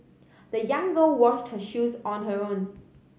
the young girl washed her shoes on her own